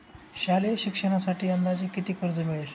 शालेय शिक्षणासाठी अंदाजे किती कर्ज मिळेल?